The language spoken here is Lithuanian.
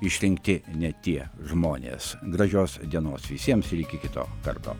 išrinkti ne tie žmonės gražios dienos visiems ir iki kito karto